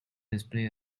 display